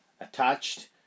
attached